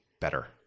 better